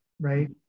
right